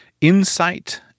insight